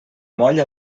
moll